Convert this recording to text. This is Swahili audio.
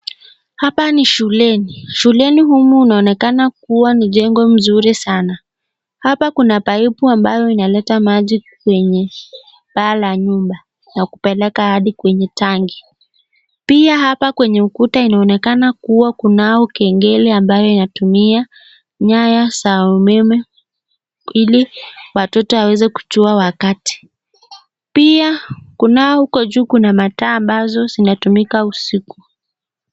Hapa ni shuleni, shuleni humu inaonekana, kuwa ni shule mzuri sana, hapa kuna paipu ambayo inaleta maji kwenye paa la nyumba, na kupeleka hadi kwe tanki, pia hapa kwenye ukuta inaonekana kuwa kunayo kengele ambayobinatumia nyaya za umeme, ili watoto waweze kujua wakati, pia kunao mataa hiko juu zinazo tumika usiku.